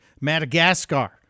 Madagascar